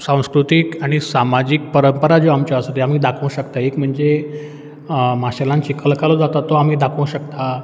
सांस्कृतीक आनी सामाजीक परंपरा ज्यो आमच्यो आसात ते आमी दाखोवंक शकता एक म्हणजे माशेलान चिखल कालो जाता तो आमी दाखोवंक शकता